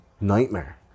nightmare